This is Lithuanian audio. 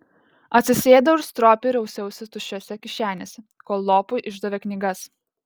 atsisėdau ir stropiai rausiausi tuščiose kišenėse kol lopui išdavė knygas